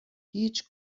هیچ